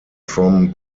from